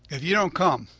if you don't come,